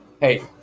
Hey